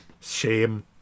Shame